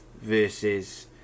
versus